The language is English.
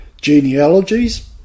genealogies